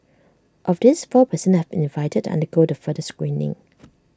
of these four per cent have been invited to undergo the further screening